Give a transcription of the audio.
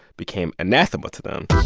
became anathema to them